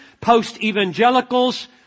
post-evangelicals